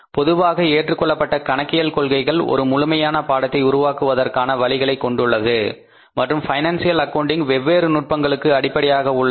பொதுவாக ஏற்றுக்கொள்ளப்பட்ட கணக்கியல் கொள்கைகள் ஒரு முழுமையான பாடத்தை உருவாக்குவதற்கான வழிகளைக் கொண்டுள்ளது மற்றும் பினான்சியல் அக்கவுண்ட்ங்கின் வெவ்வேறு நுட்பங்களுக்கு அடிப்படையாக உள்ளது